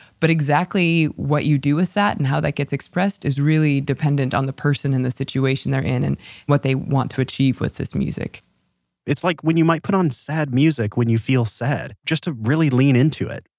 but exactly what you do with that and how that gets expressed is really dependent on the person and the situation they're in, and what they want to achieve with this music it's like when you might put on sad music when you feel sad just to really lean into it.